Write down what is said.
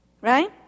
right